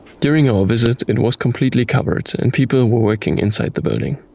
during our visit, it was completely covered and people were working inside the building.